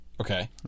Okay